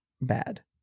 bad